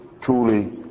truly